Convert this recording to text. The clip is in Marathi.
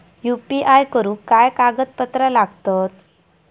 यू.पी.आय करुक काय कागदपत्रा लागतत?